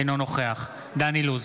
אינו נוכח דן אילוז,